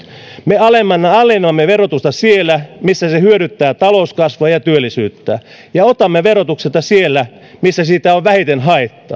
me alennamme alennamme verotusta siellä missä se hyödyttää talouskasvua ja työllisyyttä ja otamme verotuksella sieltä missä siitä on vähiten haittaa